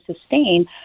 sustain